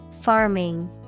Farming